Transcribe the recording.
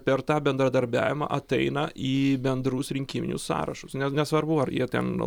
per tą bendradarbiavimą ateina į bendrus rinkiminius sąrašus ne nesvarbu ar jie ten